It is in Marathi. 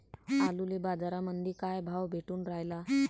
आलूले बाजारामंदी काय भाव भेटून रायला?